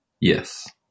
Yes